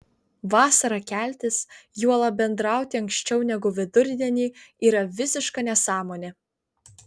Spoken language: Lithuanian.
vasarą keltis juolab bendrauti anksčiau negu vidurdienį yra visiška nesąmonė